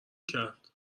کرد